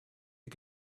you